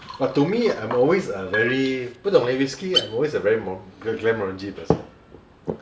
but to me I'm always a very 不懂 leh whiskey I'm always a very Glenmorangie person